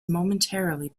momentarily